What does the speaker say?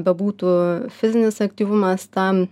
bebūtų fizinis aktyvumas tam